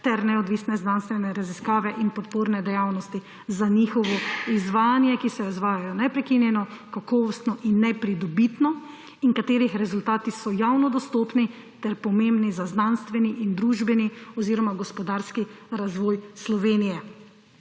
ter neodvisne znanstvene raziskave in podporne dejavnosti za njihovo izvajanje, ki se izvajajo neprekinjeno, kakovostno in nepridobitno in katerih rezultati so javno dostopni ter pomembni za znanstveni in družbeni oziroma gospodarski razvoj Slovenije.